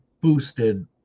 boosted